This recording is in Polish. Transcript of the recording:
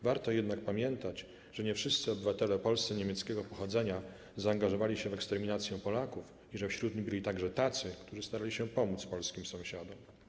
Warto jednak pamiętać, że nie wszyscy obywatele polscy niemieckiego pochodzenia zaangażowali się w eksterminację Polaków i że wśród nich byli także tacy, którzy starali się pomóc swoim polskim sąsiadom.